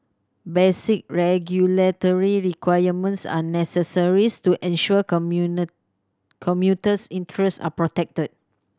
basic regulatory requirements are necessary to ensure commuter interests are protected